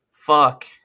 Fuck